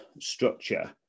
structure